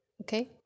okay